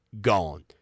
gone